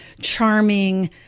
charming